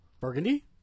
Burgundy